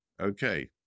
Okay